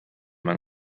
man